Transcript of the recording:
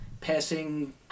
passing